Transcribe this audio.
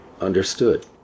understood